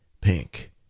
pink